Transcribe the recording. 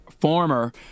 former